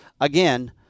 again